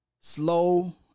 slow